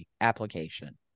application